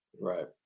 Right